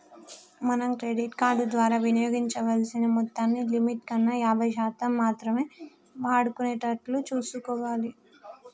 మనం credit card ద్వారా వినియోగించాల్సిన మొత్తాన్ని లిమిట్ కన్నా యాభై శాతం మాత్రమే వాడుకునేటట్లు చూసుకోవాలి